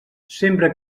sempre